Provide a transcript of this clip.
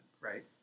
right